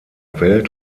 welt